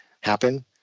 happen